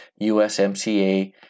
USMCA